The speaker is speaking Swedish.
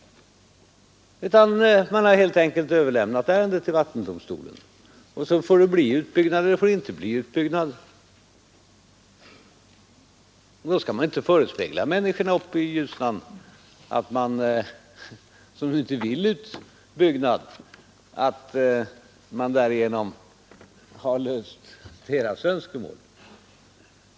Ärendet kommer helt enkelt att överlämnas till vattendomstolen, och sedan får det bli utbyggnad eller inte. Men då bör man inte förespegla de människor uppe vid Ljusnan, som inte vill ha någon utbyggnad av älven, att deras önskemål därigenom har blivit tillgodosedda.